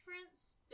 difference